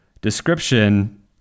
description